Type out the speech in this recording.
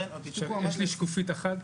יש לי שקופית אחת.